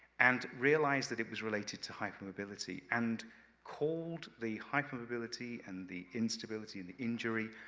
and realized that it was related to hypermobility, and called the hypermobility and the instability in the injury,